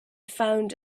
found